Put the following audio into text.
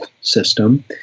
system